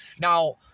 Now